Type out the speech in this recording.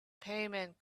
payment